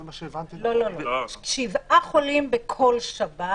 מה היה בשבועיים קודם?